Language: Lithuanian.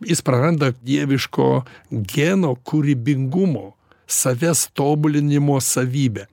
jis praranda dieviško geno kūrybingumo savęs tobulinimo savybę